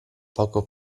poco